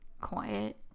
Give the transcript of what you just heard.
quiet